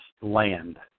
land